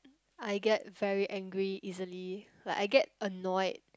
I get very angry easily like I get annoyed